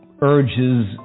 urges